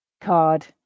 Card